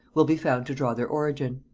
will be found to draw their origin.